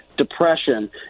depression